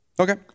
Okay